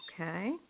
Okay